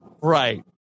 Right